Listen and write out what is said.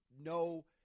no